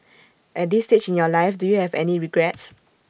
at this stage in your life do you have any regrets